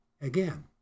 again